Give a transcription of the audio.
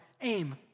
aim